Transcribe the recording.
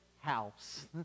house